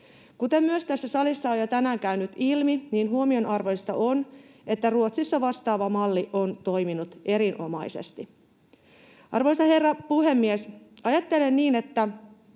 Kuten myös tässä salissa on jo tänään käynyt ilmi, huomionarvoista on, että Ruotsissa vastaava malli on toiminut erinomaisesti. Arvoisa herra puhemies! Ajattelen niin, että